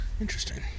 Interesting